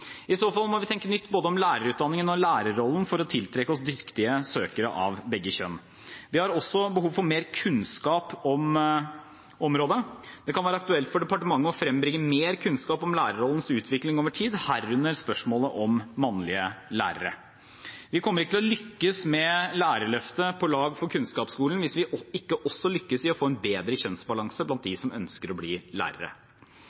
I så fall må vi tenke nytt både om lærerutdanningen og om lærerrollen for å tiltrekke oss dyktige søkere av begge kjønn. Vi har også behov for mer kunnskap på området. Det kan være aktuelt for departementet å frembringe mer kunnskap om lærerrollens utvikling over tid, herunder spørsmålet om mannlige lærere. Vi kommer ikke til å lykkes med Lærerløftet – på lag for kunnskapsskolen hvis vi ikke også lykkes i å få en bedre kjønnsbalanse blant dem som ønsker å bli lærere.